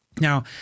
Now